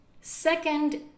Second